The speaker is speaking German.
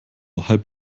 halb